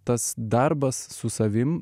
tas darbas su savim